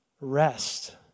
rest